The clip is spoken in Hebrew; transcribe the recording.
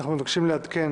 אנחנו מבקשים לעדכן